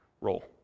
role